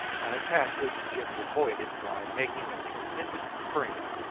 an attack which jimmy avoided by making a tremendous spring,